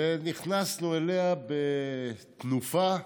ונכנסנו אליה בתנופה.